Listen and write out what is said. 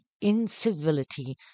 incivility